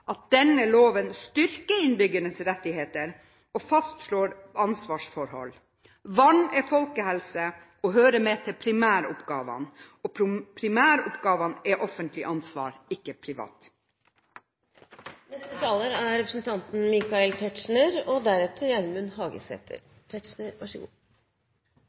at denne loven styrker innbyggernes rettigheter og fastslår ansvarsforhold. Vann er folkehelse og hører med til primæroppgavene. Primæroppgavene er et offentlig ansvar, ikke